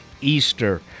Easter